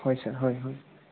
হয় ছাৰ হয় হয়